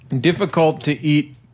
difficult-to-eat